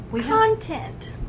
content